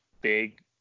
big